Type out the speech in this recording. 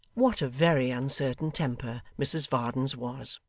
what a very uncertain temper mrs varden's was!